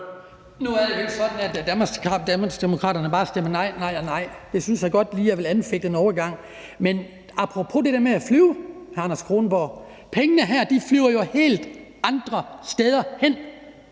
jo ikke sådan, at Danmarksdemokraterne bare stemmer nej, nej og nej. Det synes jeg godt lige jeg vil anfægte en overgang. Men apropos det der med at flyve, hr. Anders Kronborg, flyver pengene jo helt andre steder hen